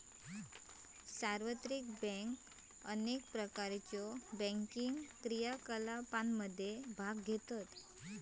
सार्वत्रिक बँक अनेक प्रकारच्यो बँकिंग क्रियाकलापांमध्ये भाग घेतत